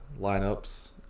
lineups